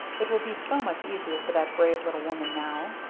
it will be so much easier for that brave little woman now.